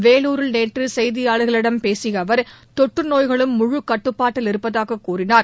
வேலூரில் நேற்று செய்தியாளர்களிடம் பேசிய அவர் தொற்றுநோய்களும் முழு கட்டுப்பாட்டில் இருப்பதாகக் கூறினார்